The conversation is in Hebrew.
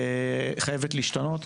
חייבת להשתנות.